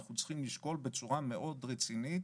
ואנחנו צריכים לשקול בצורה מאוד רצינית,